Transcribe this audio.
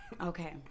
Okay